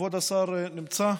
כבוד השר נמצא?